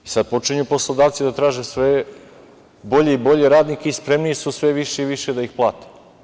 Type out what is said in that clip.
Sad počinju poslodavci da traže sve bolje i bolje radnike i spremniji su sve više i više da ih plate.